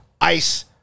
Ice